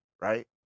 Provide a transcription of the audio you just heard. right